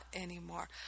anymore